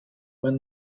when